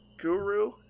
Guru